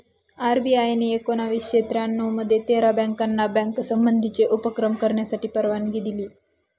RBI ने एकोणावीसशे त्र्यानऊ मध्ये तेरा बँकाना बँक संबंधीचे उपक्रम करण्यासाठी परवानगी दिली